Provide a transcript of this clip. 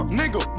nigga